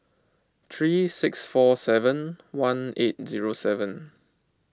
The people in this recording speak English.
three six four seven one eight zero seven